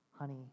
honey